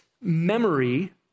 memory